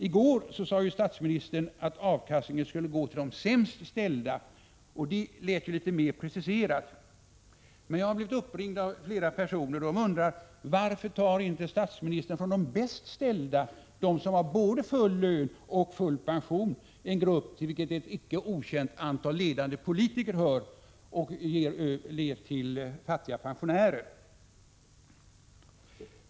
I går sade statsministern att avkastningen skulle gå till ”de sämst ställda”, och det lät ju litet mer preciserat. Jag har blivit uppringd av flera personer som undrar: Varför tar inte statsministern från de bäst ställda, de som har både full lön och full pension — en grupp till vilken ett icke okänt antal ledande politiker hör — och ger till fattiga pensionärer?